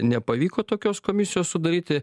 nepavyko tokios komisijos sudaryti